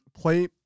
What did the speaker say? Play